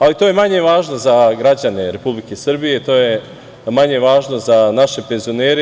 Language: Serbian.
Ali to je manje važno za građane Republike Srbije, to je manje važno za naše penzionere.